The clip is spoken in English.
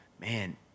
man